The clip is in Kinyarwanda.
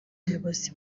bayobozi